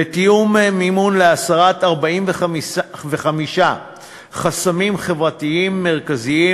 לתיאום מימון להסרת 45 חסמים חברתיים מרכזיים